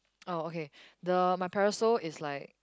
orh okay the my parasol is like